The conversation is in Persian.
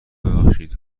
ببخشید